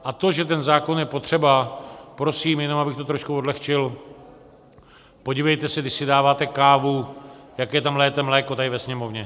A to, že ten zákon je potřeba, prosím jenom, abych to trošku odlehčil: podívejte se, když si dáváte kávu, jaké tam lijete mléko tady ve Sněmovně.